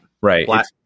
right